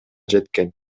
жеткен